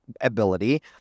ability